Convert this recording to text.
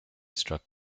struck